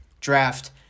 draft